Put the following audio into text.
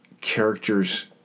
characters